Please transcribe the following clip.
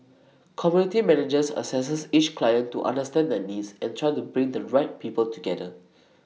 community managers assess each client to understand their needs and try to bring the right people together